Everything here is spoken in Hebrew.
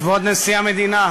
אל תעשה לנו את זה.